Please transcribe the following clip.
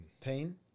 Pain